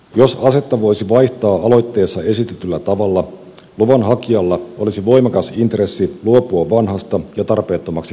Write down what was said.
jos asetta voisi vaihtaa aloitteessa esitetyllä tavalla luvan hakijalla olisi voimakas intressi luopua vanhasta ja tarpeettomaksi käyneestä aseestaan